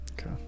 Okay